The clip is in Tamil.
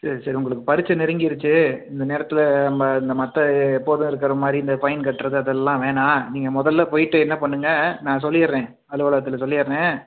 சரி சரி உங்களுக்கு பரிட்சை நெருங்கிருச்சு இந்தநேரத்தில் நம்ம இந்த மற்ற எப்போதும் இருக்கிற மாதிரி இந்த ஃபைன் கட்டுறது அதெல்லாம் வேணா நீங்கள் முதல்ல போய்விட்டு என்ன பண்ணுங்கள் நான் சொல்லிவிடுறேன் அலுவலகத்தில் சொல்லிவிடுறேன்